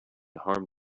harm